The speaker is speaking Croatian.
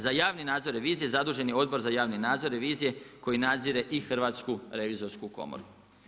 Za javni nadzor revizije zadužen je Odbor za javni nadzor revizije koji nadzire i Hrvatsku revizorsku komoru.